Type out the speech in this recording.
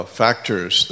factors